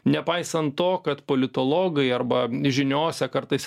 nepaisant to kad politologai arba žiniose kartais